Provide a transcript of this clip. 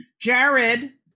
Jared